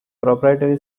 proprietary